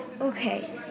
Okay